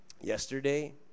yesterday